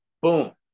Boom